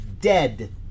dead